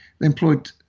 employed